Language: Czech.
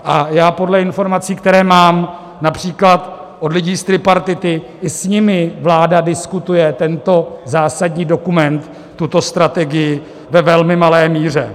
A já podle informací, které mám například od lidí z tripartity, i s nimi vláda diskutuje tento zásadní dokument, tuto strategii, ve velmi malé míře.